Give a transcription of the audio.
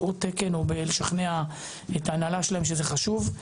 עוד תקן או לשכנע את ההנהלה שלהם שזה חשוב,